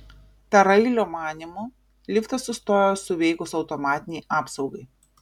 tarailio manymu liftas sustojo suveikus automatinei apsaugai